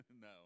no